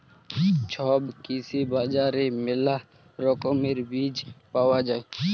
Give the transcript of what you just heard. ছব কৃষি বাজারে মেলা রকমের বীজ পায়া যাই